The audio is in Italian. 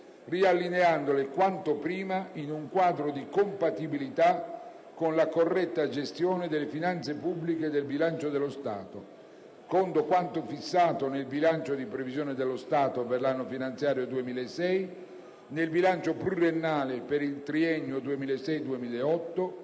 riallineandole quanto prima in un quadro di compatibilità con la corretta gestione delle finanze pubbliche e del bilancio dello Stato a quanto fissato nel bilancio di previsione dello Stato per l'anno finanziario 2006 e nel bilancio pluriennale per il triennio 2006/2008,